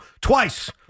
twice